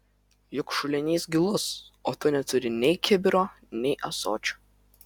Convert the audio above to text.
juk šulinys gilus o tu neturi nei kibiro nei ąsočio